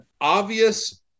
obvious